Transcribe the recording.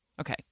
Okay